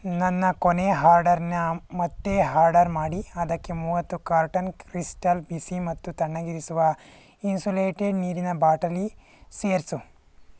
ನನ್ನ ಕೊನೆಯ ಹಾರ್ಡರ್ನ ಮತ್ತೆ ಹಾರ್ಡರ್ ಮಾಡಿ ಅದಕ್ಕೆ ಮೂವತ್ತು ಕಾರ್ಟನ್ ಕ್ರಿಸ್ಟಲ್ ಬಿಸಿ ಮತ್ತು ತಣ್ಣಗಿರಿಸುವ ಇನ್ಸುಲೇಟೆಡ್ ನೀರಿನ ಬಾಟಲಿ ಸೇರಿಸು